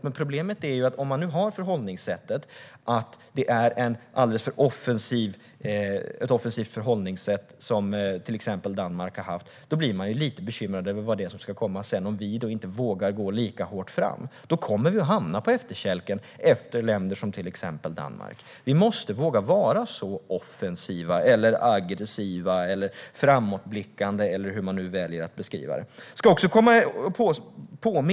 Men problemet är att om man har förhållningssättet att Danmark har haft ett alldeles för offensivt förhållningssätt blir jag lite bekymrad över vad det är som ska komma om vi inte vågar gå lika hårt fram. Då kommer vi att hamna på efterkälken efter länder som till exempel Danmark. Vi måste våga vara så offensiva, aggressiva, framåtblickande eller hur man nu väljer att beskriva det.